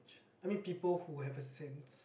I meant people who have a sense